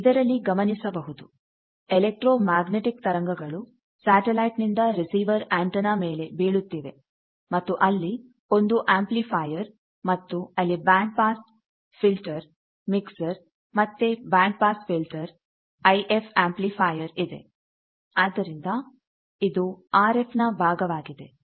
ಇದರಲ್ಲಿ ಗಮನಿಸಬಹುದು electromagnetic ತರಂಗಗಳು ಸ್ಯಾಟಲೈಟ್ ನಿಂದ ರಿಸೀವರ್ ಆಂಟೆನಾ ಮೇಲೆ ಬೀಳುತ್ತಿವೆ ಮತ್ತು ಅಲ್ಲಿ ಒಂದು ಆಂಪ್ಲಿಫೈಯರ್ ಮತ್ತು ಅಲ್ಲಿ ಬ್ಯಾಂಡ್ ಪಾಸ್ ಫಿಲ್ಟರ್ ಮಿಕ್ಸರ್ ಮತ್ತೆ band pass filter I F amplifier ಇದೆ ಆದ್ದರಿಂದ ಇದು ಆರ್ ಎಫ್ನ ಭಾಗವಾಗಿದೆ